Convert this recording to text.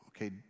Okay